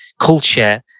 culture